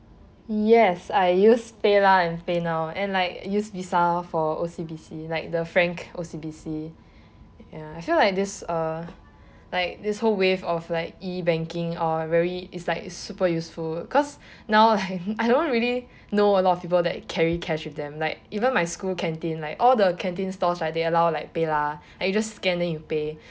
yes I use paylah and paynow and like use visa for O_C_B_C like the frank O_C_B_C ya I feel like this uh like this whole wave of like E banking are very is like super useful because now like I don't really know a lot of people that carry cash with them like even my school canteen like all the canteen stalls right they allow like paylah like you just scan then you pay